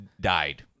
died